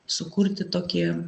sukurti tokį